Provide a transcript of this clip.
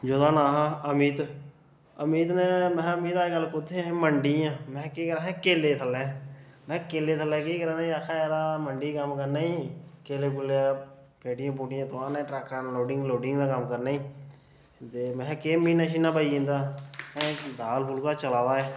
जेह्दा नांऽ हा अमित अमित ने में महां अमित अज्जकल कुत्थै ऐ मंडी आं में केह् करै ना ऐ हे केले थल्लै में केले थल्लै केह् करै दा ऐ आक्खेआ यरा मंडी कम्म करना ईं केले कूले दियां पेटियां पूटियां तुहारना ही ट्रका अप्परा तुआरना लोडिंग अनलोडिंग दा कम्म करना ही ते महां केह् म्हीने श्हीने दा बची जंदा उस आक्खेआ दाल फुलका चलै दा ऐ